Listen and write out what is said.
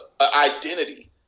identity